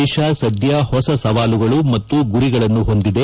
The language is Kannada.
ದೇಶ ಸದ್ಯ ಹೊಸ ಸವಾಲುಗಳು ಮತ್ತು ಗುರಿಗಳನ್ನು ಹೊಂದಿದೆ